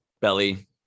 belly